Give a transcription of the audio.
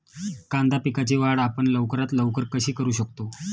कांदा पिकाची वाढ आपण लवकरात लवकर कशी करू शकतो?